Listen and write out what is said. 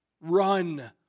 Run